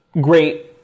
great